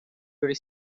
door